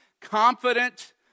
confident